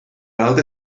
weld